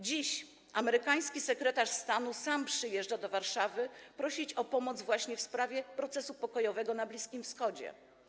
Dziś amerykański sekretarz stanu sam przyjeżdża do Warszawy prosić o pomoc właśnie w sprawie procesu pokojowego na Bliskim Wschodzie.